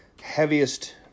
heaviest